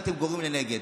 אתם גורמים לנגד.